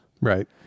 Right